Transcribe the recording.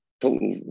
total